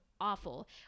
awful